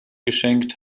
geschenkt